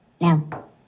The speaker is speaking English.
Now